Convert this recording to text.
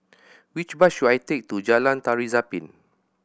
which bus should I take to Jalan Tari Zapin